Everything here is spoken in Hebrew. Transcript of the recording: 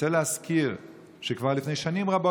ואני רוצה להזכיר שכבר לפני שנים רבות,